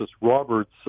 Roberts